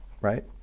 right